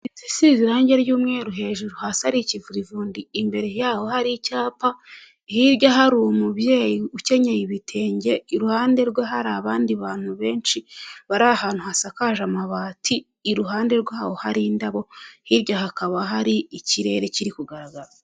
Inzu isize irangi ry'umweru hejuru, hasi ari ikivurivundi, imbere yaho hari icyapa, hirya hari umubyeyi ukenyeye ibitenge, iruhande rwe hari abandi bantu benshi bari ahantu hasakaje amabati, iruhande rwaho hari indabo, hirya hakaba hari ikirere kiri kugaragara.